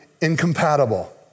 incompatible